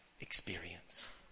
experience